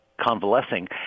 convalescing